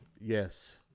Yes